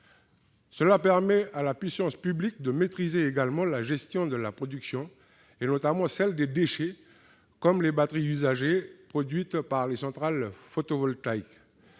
également à la puissance publique de maîtriser la gestion de la production, notamment celle des déchets, comme les batteries usagées issues des centrales photovoltaïques.